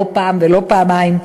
לא פעם ולא פעמיים,